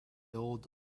old